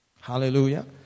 Hallelujah